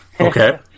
Okay